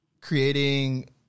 creating